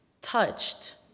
touched